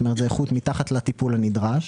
זאת איכות מתחת לטיפול הנדרש,